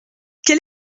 quel